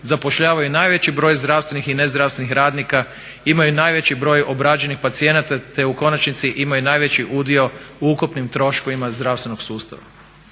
zapošljavaju najveći broj zdravstvenih i nezdravstvenih radnika, imaju najveći broj obrađenih pacijenata te u konačnici imaju najveći udio u ukupnim troškovima zdravstvenog sustava.